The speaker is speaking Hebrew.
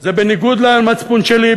זה בניגוד למצפון שלי,